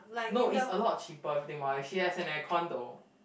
no is a lot cheaper if you think about it she has an air con though